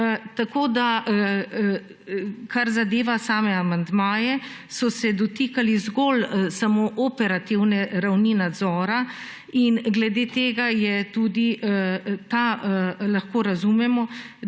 Tako da kar zadeva same amandmaje, so se dotikali zgolj samo operativne ravni nadzora in glede tega je tudi … ta lahko razumemo,